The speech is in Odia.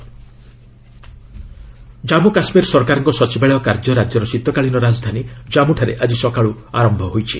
ଜେକେ ଦର୍ବାର୍ ଜନ୍ମୁ କାଶ୍ମୀର ସରକାରଙ୍କ ସଚିବାଳୟ କାର୍ଯ୍ୟ ରାଜ୍ୟର ଶୀତକାଳୀନ ରାଜଧାନୀ ଜନ୍ମୁଠାରେ ଆଜି ସକାଳୁ ଆରମ୍ଭ ହୋଇଛି